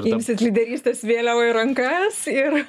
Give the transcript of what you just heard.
imsit lyderystės vėliavą į rankas ir